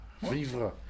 Vivre